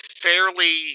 fairly